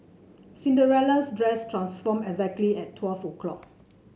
Cinderella's dress transformed exactly at twelve o' clock